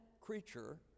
creature